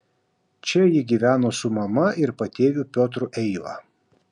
čia ji gyveno su mama ir patėviu piotru eiva